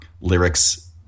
lyrics